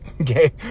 okay